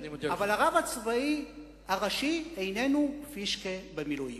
אבל הרב הצבאי הראשי איננו "פישקה במילואים".